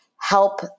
help